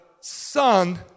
Son